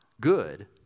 good